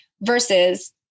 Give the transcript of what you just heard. versus